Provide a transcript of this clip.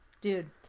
Dude